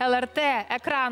lrt ekranų